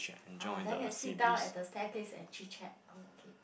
ah then can sit down at the staircase and chit chat oh okay